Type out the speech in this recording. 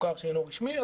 מוכר שאינו רשמי,